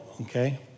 Okay